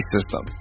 System